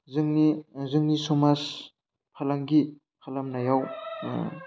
जोंनि जोंनि समाज फालांगि खालामनायाव